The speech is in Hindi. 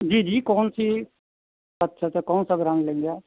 जी जी कौन सी अच्छा अच्छा कौन सा ब्रांड लेंगे आप